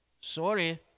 Sorry